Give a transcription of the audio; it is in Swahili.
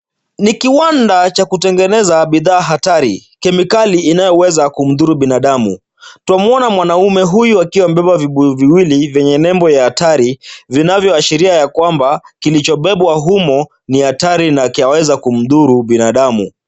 Ni kiwanda cha kutengeneza bidhaa hatari. Kemikali inayoweza kumdhuru binadamu. Twamwona mwanaume huyu akiwa amebeba vibuyu viwili vyenye nembo ya hatari vinavyoashiria ya kwamba kilichobebwa humo ni hatari na kiaweza kumdhuru binadamu.